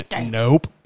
Nope